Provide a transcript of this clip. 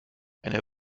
eine